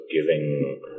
giving